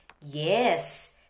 Yes